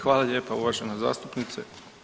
Hvala lijepa uvažena zastupnice.